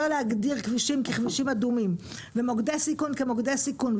להגדיר כבישים ככבישים אדומים ומוקדי סיכון כמוקדי הסיכון,